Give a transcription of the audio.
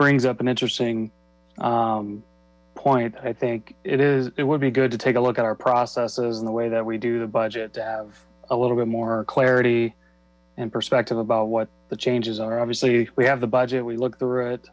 brings up an interesting point i think it is it would be good to take a look at our processes and the way that we do the budget have a little bit more clarity and perspective about what the changes are obviously we have the budget we look through